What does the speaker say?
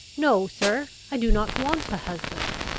no, sir, i do not want a husband.